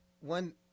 one